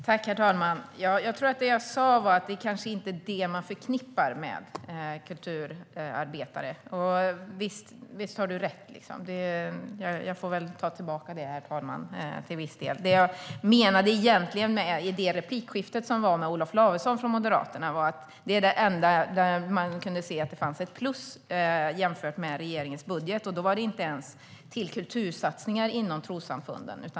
Herr talman! Jag tror att det jag sa var att det kanske inte är det man förknippar med kulturarbetare. Visst har du rätt. Jag får väl ta tillbaka det till viss del, herr talman. Det jag egentligen menade i replikskiftet med Olof Lavesson från Moderaterna var att det var den enda post där man kunde se att det fanns ett plus jämfört med regeringens budget. Det var inte ens till kultursatsningar inom trossamfunden.